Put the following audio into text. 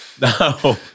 No